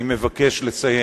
אני מבקש לסיים.